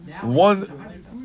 one